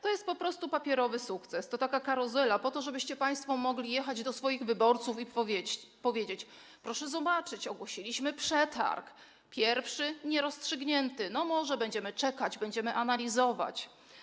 To jest po prostu papierowy sukces, to taka karuzela po to, żebyście państwo mogli jechać do swoich wyborców i powiedzieć: proszę zobaczyć, ogłosiliśmy przetarg, pierwszy - nierozstrzygnięty, może będziemy czekać, będziemy analizować.